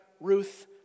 Ruth